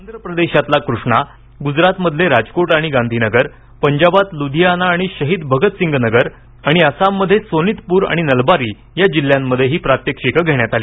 आंध्र प्रदेशातील कृष्णा गुजरातमधल्या राजकोट आणि गांधीनगर पंजाबात लुधियाना आणि शहीद भगतसिंग नगर आणि आसामच्या सोनितपूर आणि नलबारी जिल्ह्यांमध्ये ही प्रात्यक्षिके घेण्यात आली